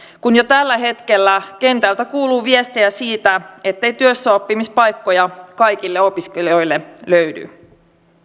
kun jo tällä hetkellä kentältä kuuluu viestejä siitä ettei työssäoppimispaikkoja kaikille opiskelijoille löydy